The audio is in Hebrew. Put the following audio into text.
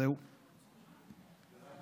שאלת